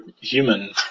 human